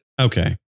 Okay